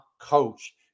coach